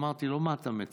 אמרתי לו: מה אתה מציע?